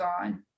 on